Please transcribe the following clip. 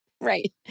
right